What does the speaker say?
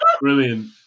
Brilliant